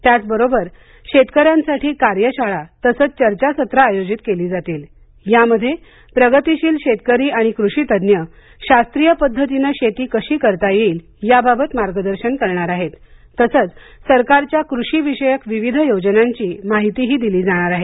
त्याचबरोबर शेतकऱ्यांसाठी कार्यशाळा तसंच चर्चासत्र आयोजित केली जातील यामध्ये प्रगतीशील शेतकरी आणि कृषीतज्ञ शास्त्रीय पद्धतीनं शेती कशी करता येईल याबाबत मार्गदर्शन करणार आहेत तसंच सरकारच्या कृषी विषयक विविध योजनांची माहितीही दिली जाणार आहे